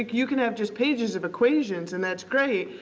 you can have just pages of equations and that's great.